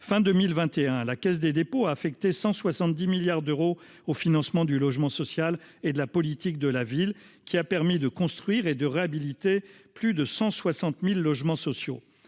2021, la Caisse des dépôts a affecté quelque 170 milliards d'euros au financement du logement social et de la politique de la ville. Ces crédits ont permis de construire et de réhabiliter plus de 160 000 logements sociaux.